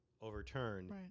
overturned